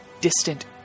distant